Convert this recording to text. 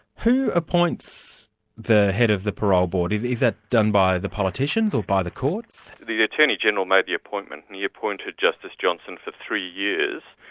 who appoints the head of the parole board? is is that done by the politicians or by the courts? the the attorney-general made the appointment. and he appointed justice johnson for three years,